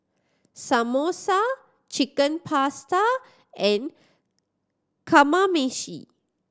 Samosa Chicken Pasta and Kamameshi